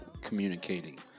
communicating